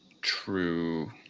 true